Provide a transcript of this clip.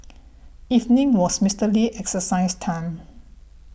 evening was Mister Lee's exercise time